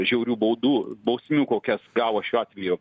žiaurių baudų bausmių kokias gavo šiuo atveju